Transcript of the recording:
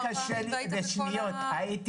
אתה היית